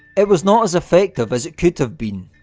it was not as effective as it could have been,